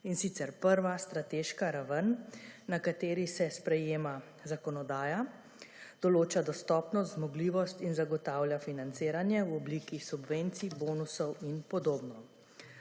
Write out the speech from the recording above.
in sicer prva strateškega raven, na kateri se sprejema zakonodaja, določa dostopnost, zmogljivost in zagotavlja financiranje v obliki subvencij, bonusov in podobno,